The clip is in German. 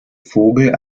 vogel